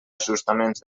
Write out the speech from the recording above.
ajustaments